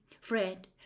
Fred